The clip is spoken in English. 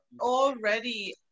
already